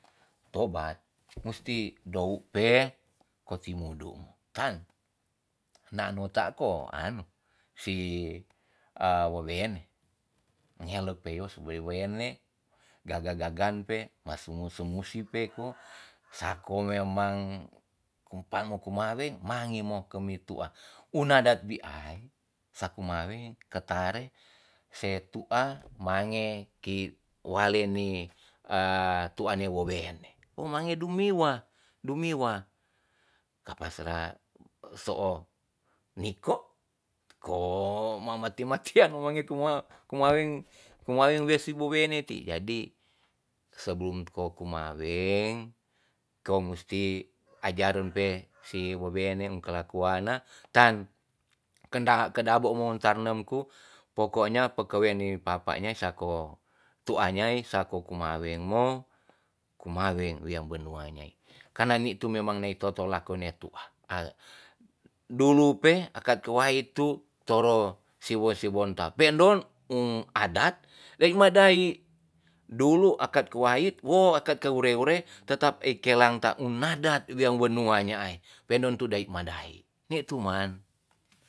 Tobat musti dou pe kotimudu mu tan nano ta ko anu si a wewene nyelot peos wewene gaga gagan pe masumu sumu musi peko sako memang kum pamo kumaweng mangemo kemi tu'a u adat weai saku maweng ketare se tu'a mange ki wale ni e tu'a ne wowene wange dumiwa dumiwa kapa sera soo niko ko mamate matian mange kuma kumaweng- kumaweng we si wowene ti jadi sebelum ko kumaweng ko musti ajaren pe si wowene kelakuana tan kendaha kendabo mon tarnem ku pokoknya pekewene papa nyai sako tu'a nyai sako kumaweng mo kumaweng wea benua nyai karna nitu memang nei totolako ne tu'a al dulu pe akat kuai tu toro siwo siwon ta pe'ndon um adat dae ma dai dulu akat kuai wo akat ke wure wure tetap ei kelanta un nadat wea wenua nyaai pe'ndon tu dai mandai ni tu man